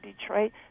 Detroit